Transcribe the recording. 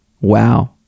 Wow